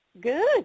Good